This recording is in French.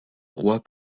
roi